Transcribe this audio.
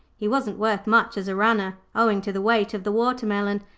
he wasn't worth much as a runner, owing to the weight of the watermelon,